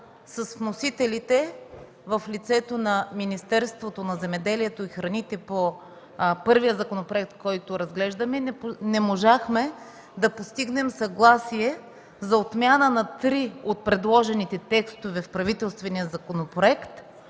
с вносителите в лицето на Министерството на земеделието и храните по първия законопроект, който разглеждаме, не можахме да постигнем съгласие за отмяна на три от предложените текстове в правителствения законопроект,